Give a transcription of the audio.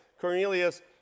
Cornelius